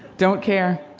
don't care.